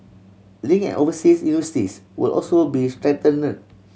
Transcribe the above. link and overseas will also be strengthen